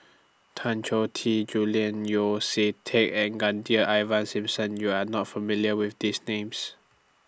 Tan Choh Tee Julian Yeo See Teck and Ivan Simson YOU Are not familiar with These Names